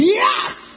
yes